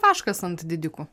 vaškas ant didikų